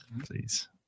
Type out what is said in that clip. please